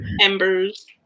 embers